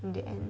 in the end